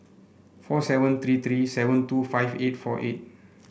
four seven three three seven two five eight four eight